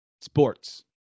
sports